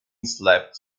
slept